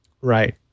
Right